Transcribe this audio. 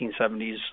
1970s